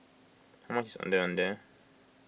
how much is Ondeh Ondeh